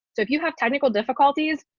so if you have technical difficulties,